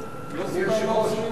לא החלטנו מה עושים בנושא.